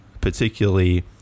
particularly